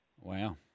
Wow